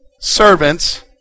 servants